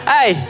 Hey